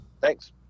Thanks